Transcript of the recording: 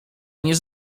nie